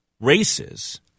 races